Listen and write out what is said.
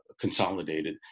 consolidated